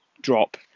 drop